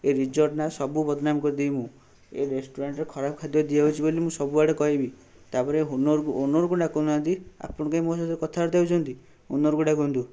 ଏ ରିଜଟ ନାଁ ସବୁ ବଦନାମ କରିଦେବି ମୁଁ ଏ ରେଷ୍ଟୁରାଣ୍ଟରେ ଖରାପ ଖାଦ୍ୟ ଦିଆହେଉଛି ବୋଲି ସବୁଆଡ଼େ ମୁଁ କହିବି ତା'ପରେ ହୁନରଙ୍କୁ ଓନରଙ୍କୁ ଡାକୁନାହାନ୍ତି ଆପଣ କାଇଁ ମୋ ସହିତ କଥାବାର୍ତ୍ତା ହେଉଛନ୍ତି ଓନରକୁ ଡାକନ୍ତୁ